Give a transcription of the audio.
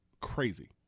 Crazy